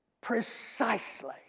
precisely